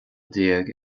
déag